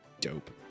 Dope